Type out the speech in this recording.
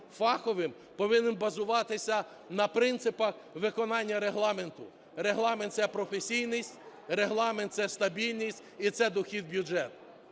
повинен базуватися на принципах виконання Регламенту. Регламент – це професійність, Регламент – це стабільність і це дохід в бюджет.